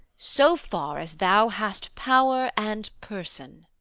so far as thou hast power and person.